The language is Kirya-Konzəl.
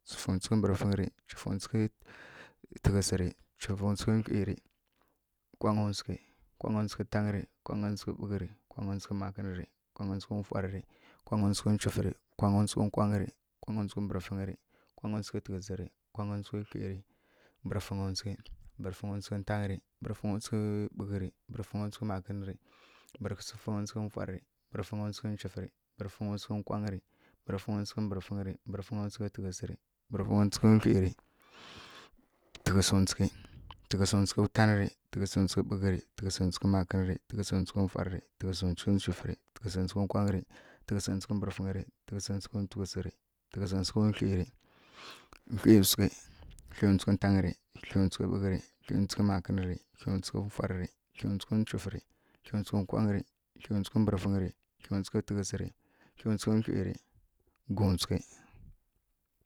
Nchwufǝwtsǝghi mbǝrfingyri nchwufǝwtsǝghi tǝghǝsǝri nchwufǝwtsǝghi wkliri nkwangyǝwtsǝghi nkwangyǝwtsǝghi tanri nkwangyǝwtsǝghi ɓughǝri nkwangyǝwtsǝghi makǝnǝri nkwangyǝwtsǝghi mfwaɗǝri nkwangyǝwtsǝghi nkwangyǝri nkwangyǝwtsǝghi mbǝrfingyiri nkwangyǝwtsǝghi tǝghǝsǝri nkwangyǝwtsǝghi kwliri mbǝrǝfǝnwtsǝghi, mbǝrǝfǝnwtsǝghi tanǝri mbǝrǝfǝnwtsǝghi ɓughǝri mbǝrǝfǝnwtsǝghi makǝnǝri mbǝrǝfǝnwtsǝghi mfwaɗǝri mbǝrǝfǝnwtsǝghi nchwufǝri mbǝrǝfǝnwtsǝghi nkwangyǝri mbǝrǝfǝnwtsǝghi mbǝrfǝnri mbǝrǝfǝnwtsǝghi tǝghǝsǝri mbǝrǝfǝnwtsǝghi wkliri tǝghǝsǝnwtsughi tanǝri tǝghǝsǝnwtsughi ɓughǝri tǝghǝsǝnwtsughi makǝnǝri tǝghǝsǝnwtsughi mfwaɗǝri tǝghǝsǝnwtsughi nwchufǝri tǝghǝsǝnwtsughi nkwanghǝri tǝghǝsǝnwtsughi mbǝrfǝngyri tǝghǝsǝnwtsughi tǝghǝsǝri tǝghǝsǝnwtsughi wkliri wklinwtsughi wklinwtsughi tanri wklinwtsughi ɓughǝri wklinwtsughi makǝnri wklinwtsughi mfwaɗǝri wklinwtsughi nwchufǝri wklinwtsughi nkwanghǝri wklinwtsughi mbǝrǝfǝnghǝri wklinwtsughi tǝghǝsǝri wklinwtsughi gumnwtsǝghi.